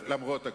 למרות הכול.